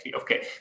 Okay